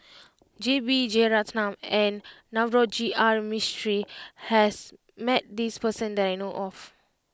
J B Jeyaretnam and Navroji R Mistri has met this person that I know of